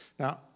Now